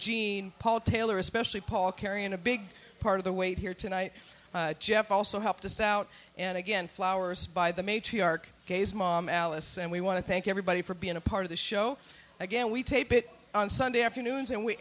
margene paul taylor especially paul carrying a big part of the way here tonight jeff also helped us out and again flowers by the matriarch gaze mom alice and we want to thank everybody for being a part of the show again we tape it on sunday afternoons and we